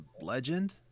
Legend